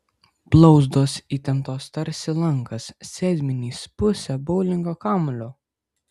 blauzdos įtemptos tarsi lankas sėdmenys pusė boulingo kamuolio